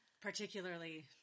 Particularly